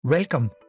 Welcome